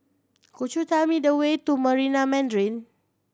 could you tell me the way to Marina Mandarin